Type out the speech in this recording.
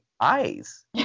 eyes